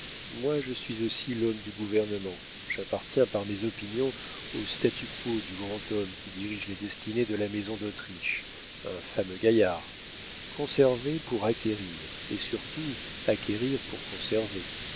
moi je suis aussi l'homme du gouvernement j'appartiens par mes opinions au statu quo du grand homme qui dirige les destinées de la maison d'autriche un fameux gaillard conserver pour acquérir et surtout acquérir pour conserver